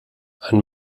ein